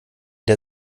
der